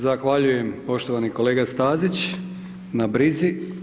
Zahvaljujem poštovani kolega Stazić na brizi.